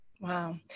Wow